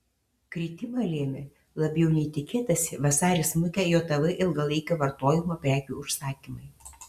kritimą lėmė labiau nei tikėtasi vasarį smukę jav ilgalaikio vartojimo prekių užsakymai